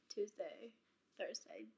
Tuesday-Thursday